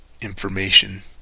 information